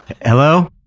Hello